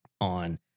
on